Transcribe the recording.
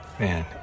Man